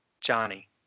Johnny